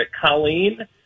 Colleen